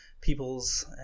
People's